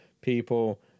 people